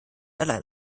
allein